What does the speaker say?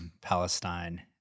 Palestine